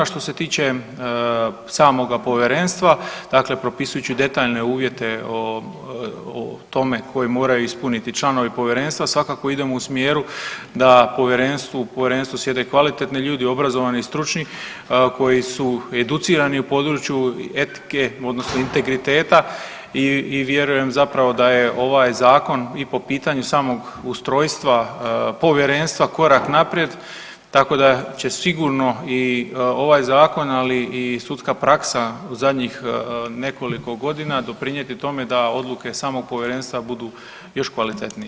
A što se tiče samoga povjerenstva dakle, propisujući detaljne uvjete o tome koje moraju ispuniti članovi povjerenstva svakako idemo u smjeru da povjerenstvu, u povjerenstvu sjede kvalitetni ljudi obrazovani i stručni koji su educirani u području etike odnosno integriteta i vjerujem zapravo da je ovaj zakon i po pitanju samog ustrojstva povjerenstva korak naprijed tako da će sigurno i ovaj zakon, ali i sudska praksa u zadnjih nekoliko godina doprinijeti tome da odluke samog povjerenstva budu još kvalitetnije.